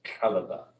caliber